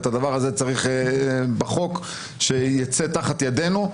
ואת הדבר הזה צריך לתקן בחוק שיצא תחת ידינו,